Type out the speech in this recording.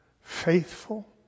faithful